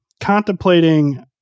contemplating